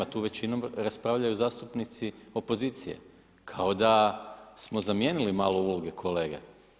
Tu većinom raspravljaju zastupnici opozicije, kao da smo zamijenili malo uloge kolege.